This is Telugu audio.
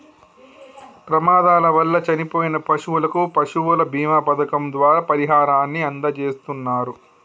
ప్రమాదాల వల్ల చనిపోయిన పశువులకు పశువుల బీమా పథకం ద్వారా పరిహారాన్ని అందజేస్తున్నరు